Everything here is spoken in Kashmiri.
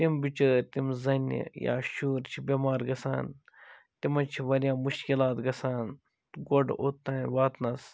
تِم بِچٲرۍ تِم زَنہِ یا شُرۍ چھُ بیٚمار گَژھان تِمن چھِ واریاہ مُشکِلات گَژھان گۄڈٕ اوٚت تانۍ واتنَس